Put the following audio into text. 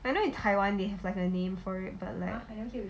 I know in taiwan they have like a name for it but like